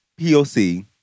POC